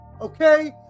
okay